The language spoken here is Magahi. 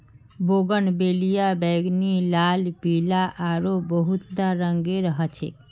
बोगनवेलिया बैंगनी, लाल, पीला आरो बहुतला रंगेर ह छे